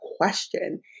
question